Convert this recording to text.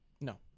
No